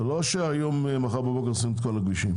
לא שמחר בבוקר סוגרים את כל הכבישים.